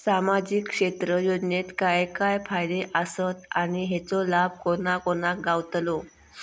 सामजिक क्षेत्र योजनेत काय काय फायदे आसत आणि हेचो लाभ कोणा कोणाक गावतलो?